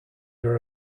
are